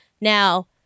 Now